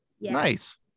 Nice